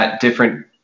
different